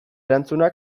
erantzuna